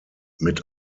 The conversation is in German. mit